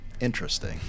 interesting